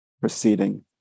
proceeding